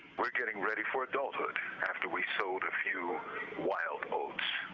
we're getting ready for adulthood, after we sowed a few wild oaths.